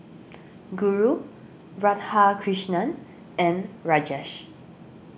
Guru Radhakrishnan and Rajesh